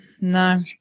no